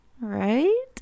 right